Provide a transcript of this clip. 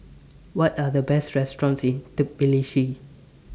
What Are The Best restaurants in Tbilisi